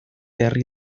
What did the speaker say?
herri